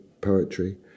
poetry